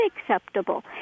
acceptable